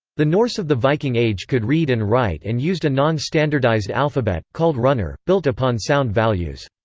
the norse of the viking age could read and write and used a non-standardised alphabet, called runor, built upon sound values.